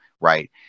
right